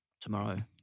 tomorrow